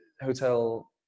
hotel